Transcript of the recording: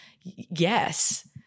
Yes